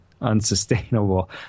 unsustainable